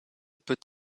peut